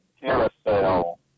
carousel